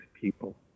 people